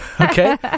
Okay